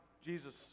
jesus